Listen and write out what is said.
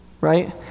Right